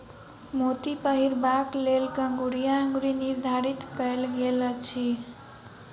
मोती पहिरबाक लेल कंगुरिया अंगुरी निर्धारित कयल गेल अछि